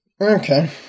Okay